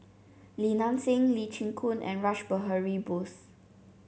Li Nanxing Lee Chin Koon and Rash Behari Bose